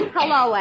Hello